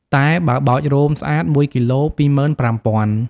តែបើបោចរោមស្អាត ១គីឡូ ២៥០០០។